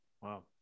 wow